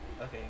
Okay